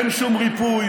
אין שום ריפוי,